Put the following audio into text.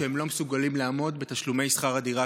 שהם לא מסוגלים לעמוד בתשלומי שכר הדירה